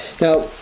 Now